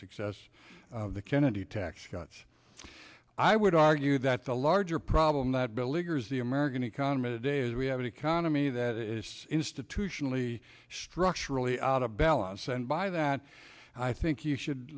success of the kennedy tax cuts i would argue that the larger problem that beleaguered the american economy today is we have an economy that is institutionally structurally out of balance and by that i think you should